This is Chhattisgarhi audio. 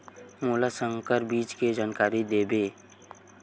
मोला संकर बीज के जानकारी देवो?